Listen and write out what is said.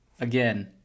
again